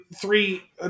three